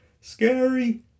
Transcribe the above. Scary